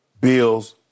Bills